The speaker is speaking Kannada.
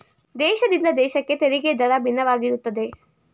ದೇಶದಿಂದ ದೇಶಕ್ಕೆ ತೆರಿಗೆ ದರ ಭಿನ್ನವಾಗಿರುತ್ತದೆ